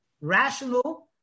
rational